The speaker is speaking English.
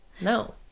No